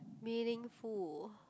meaningful